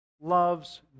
loves